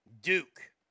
Duke